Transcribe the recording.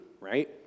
right